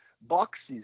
boxes